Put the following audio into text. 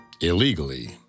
illegally